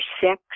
Six